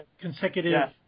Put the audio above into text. consecutive